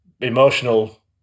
emotional